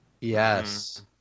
Yes